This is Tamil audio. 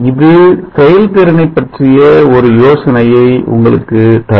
இது செயல்திறனை பற்றிய ஒரு யோசனையை உங்களுக்கு தரும்